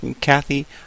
Kathy